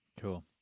Cool